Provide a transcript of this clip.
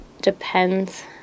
depends